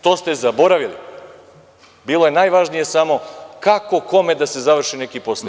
To ste zaboravili, bilo je najvažnije samo kako kome da se završi neki poslić.